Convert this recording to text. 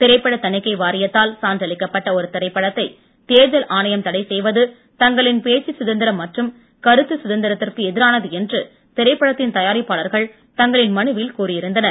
திரைப்பட தணிக்கை வாரியத்தால் சான்றளிக்கப்பட்ட ஒரு திரைப்படத்தை தேர்தல் ஆணையம் தடை செய்வது தங்களின் பேச்சு சுதந்திரம் மற்றும் கருத்து சுதந்திரத்திற்கு எதிரானது என்று திரைப்படத்தின் தயாரிப்பாளர்கள் தங்களின் மனுவில் கூறியிருந்தனர்